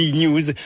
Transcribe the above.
news